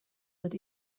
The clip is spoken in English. that